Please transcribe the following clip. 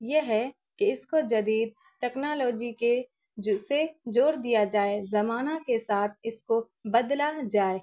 یہ ہے کہ اس کو جدید ٹیکنالوجی کے سے جوڑ دیا جائے زمانہ کے ساتھ اس کو بدلا جائے